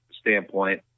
standpoint